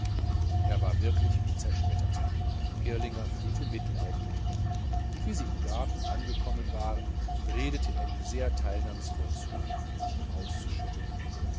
er war wirklich wie zerschmettert girlinger fühlte mitleiden mit ihm und wie sie im garten angekommen waren redete er ihm sehr teilnahmsvoll zu sich ihm auszuschütten